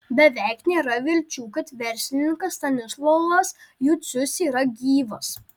beveik nėra vilčių kad verslininkas stanislovas jucius yra gyvas